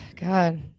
god